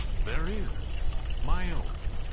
there is. my own.